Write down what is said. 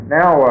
now